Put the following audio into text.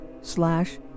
slash